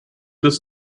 das